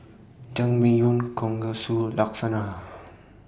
Jangmyeon Kalguksu Lasagna